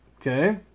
okay